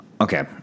okay